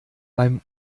beim